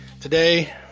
Today